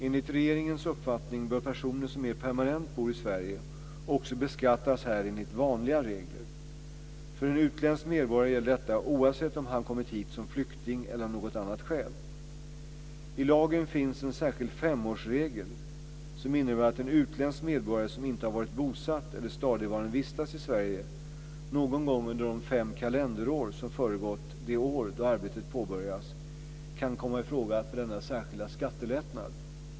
Enligt regeringens uppfattning bör personer som mer permanent bor i Sverige också beskattas här enligt vanliga regler. För en utländsk medborgare gäller detta oavsett om han kommit hit som flykting eller av något annat skäl. I lagen finns en särskild femårsregel som innebär att en utländsk medborgare som inte har varit bosatt eller stadigvarande vistats i Sverige någon gång under de fem kalenderår som föregått det år då arbetet påbörjas kan komma i fråga för denna särskilda skattelättnad.